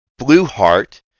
Blueheart